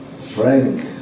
frank